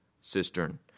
cistern